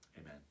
Amen